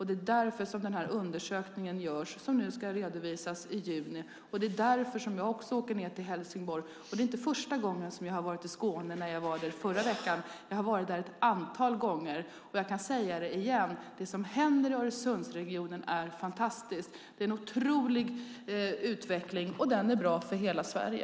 Det är därför den undersökning som ska redovisas i juni görs, och det är också därför som jag åker ned till Helsingborg. Det var inte första gången som jag var i Skåne när jag var där i förra veckan. Jag har varit där ett antal gånger. Jag kan säga det igen: Det som händer i Öresundsregionen är fantastiskt. Det är en otrolig utveckling, och den är bra för hela Sverige.